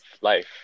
life